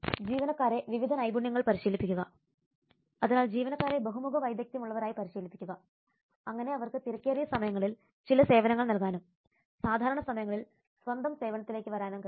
ജീവനക്കാരെ വിവിധ നൈപുണ്യങ്ങൾ പരിശീലിപ്പിക്കുക അതിനാൽ ജീവനക്കാരെ ബഹുമുഖ വൈദഗ്ധ്യമുള്ളവരായി പരിശീലിപ്പിക്കുക അങ്ങനെ അവർക്ക് തിരക്കേറിയ സമയങ്ങളിൽ ചില സേവനങ്ങൾ നൽകാനും സാധാരണ സമയങ്ങളിൽ സ്വന്തം സേവനത്തിലേക്ക് മടങ്ങാനും കഴിയും